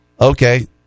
okay